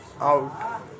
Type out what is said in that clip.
out